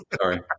Sorry